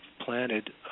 planted